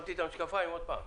שמתי את המשקפיים עוד פעם.